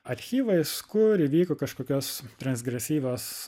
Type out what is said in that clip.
archyvais kur įvyko kažkokios transgresyvios